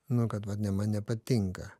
nu kad vat ne man nepatinka